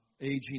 Aging